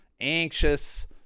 anxious